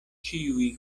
ĉiuj